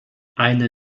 eine